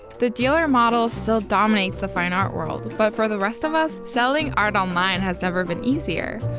the dealer model still dominates the fine art world, but for the rest of us, selling art online has never been easier.